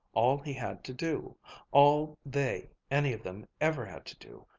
all he had to do all they any of them ever had to do,